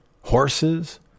horses